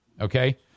Okay